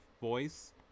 voice